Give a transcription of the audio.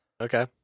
Okay